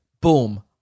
Boom